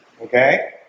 okay